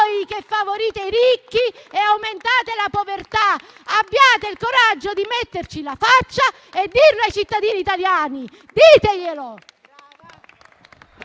che favorite i ricchi e aumentate la povertà! Abbiate il coraggio di metterci la faccia e dirlo ai cittadini italiani. Diteglielo!